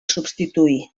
substituí